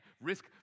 risk